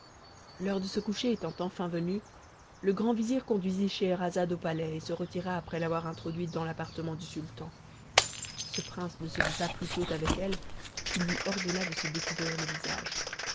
l'heure de se coucher étant enfin venue le grand vizir conduisit scheherazade au palais et se retira après l'avoir introduite dans l'appartement du sultan ce prince ne se vit pas plutôt avec elle qu'il lui ordonna de se découvrir le visage